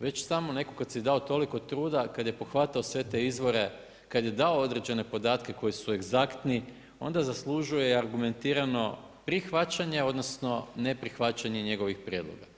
već samo netko tko si je dao toliko truda, kad je pohvatao sve te izvore, kad je dao određene podatke koji su egzaktni, onda zaslužuje i argumentirano prihvaćanje odnosno neprihvaćanje njegovih prijedloga.